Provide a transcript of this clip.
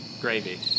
Gravy